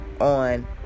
on